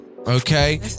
Okay